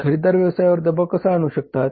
खरेदीदार व्यवसायावर दबाव कसा आणू शकतात